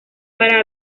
para